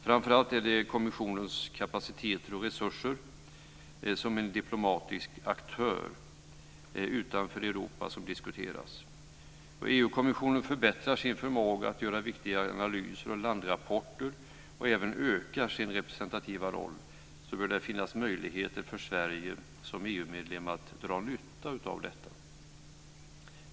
Framför allt är det kommissionens kapaciteter och resurser som diplomatisk aktör utanför Europa som diskuteras. Då EU kommissionen förbättrar sin förmåga att göra viktiga analyser och landrapporter och även ökar sin representativa roll bör det finnas möjligheter för Sverige som EU-medlem att dra nytta av detta.